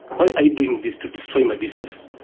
why are you doing this to destroy my business?